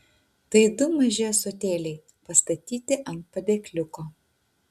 tai du maži ąsotėliai pastatyti ant padėkliuko